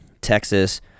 Texas